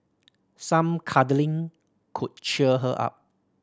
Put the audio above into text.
some cuddling could cheer her up